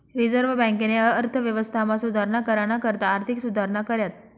reserve बँकेनी अर्थव्यवस्थामा सुधारणा कराना करता आर्थिक सुधारणा कऱ्यात